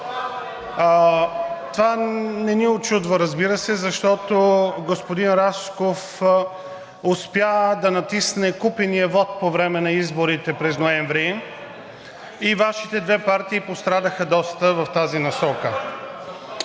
това не ни учудва, разбира се, защото господин Рашков успя да натисне купения вот по време на изборите през ноември и Вашите две партии пострадаха доста в тази насока.